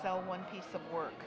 sell one piece of work